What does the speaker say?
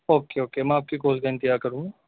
okay okay میں آپ کی کال کا انتظار کروں گا